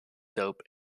dope